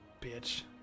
bitch